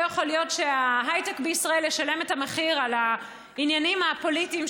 לא יכול להיות שההייטק בישראל ישלם את המחיר על העניינים הפוליטיים,